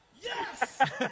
Yes